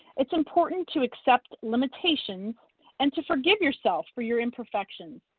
it's important to accept limitations and to forgive yourself for your imperfections.